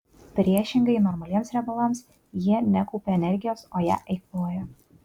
priešingai normaliems riebalams jie nekaupia energijos o ją eikvoja